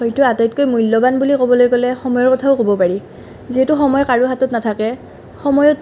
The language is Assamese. হয়তো আটাইতকৈ মূল্যৱান বুলি ক'বলৈ গ'লে সময়ৰ কথাও ক'ব পাৰি যিহেতু সময় কাৰো হাতত নাথাকে সময়ত